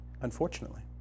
unfortunately